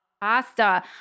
Pasta